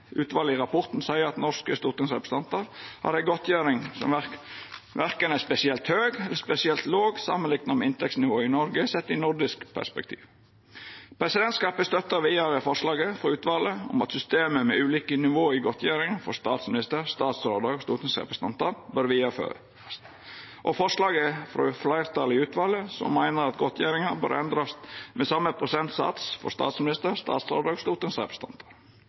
utvalet i rapporten seier at norske stortingsrepresentantar har ei godtgjering som verken er spesielt høg eller spesielt låg samanlikna med inntektsnivået i Noreg sett i eit nordisk perspektiv. Presidentskapet støttar vidare forslaget frå utvalet om at systemet med ulike nivå i godtgjeringane for statsminister, statsrådar og stortingsrepresentantar bør vidareførast, og forslaget frå fleirtalet i utvalet, som meiner at godtgjeringane bør endrast med same prosentsats for statsminister, statsrådar og stortingsrepresentantar.